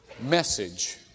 message